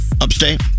upstate